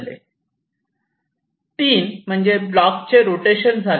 तीन म्हणजेच ब्लॉक चे रोटेशन झाले